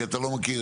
כי אתה לא מכיר